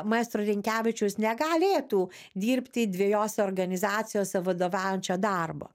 maestro rinkevičius negalėtų dirbti dvejose organizacijose vadovaujančio darbo